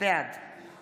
בעד